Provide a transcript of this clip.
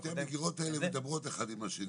שתי המגירות האלה מדברות אחת עם השנייה.